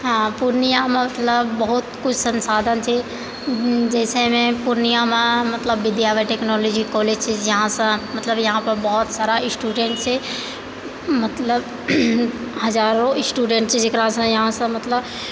हँ पूर्णियामे मतलब बहुत किछु संसाधन छै जइसेमे पूर्णियामे मतलब विद्या टेक्नोलॉजी कॉलेज छै जहाँसँ मतलब यहाँपर बहुत सारा स्टूडेन्ट छै मतलब हजारो स्टूडेन्ट छै जकरासँ यहाँसँ मतलब